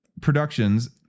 Productions